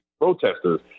protesters